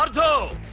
ah go